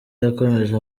yakomeje